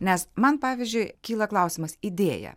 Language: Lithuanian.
nes man pavyzdžiui kyla klausimas idėja